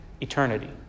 eternity